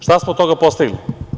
Šta smo od toga postigli?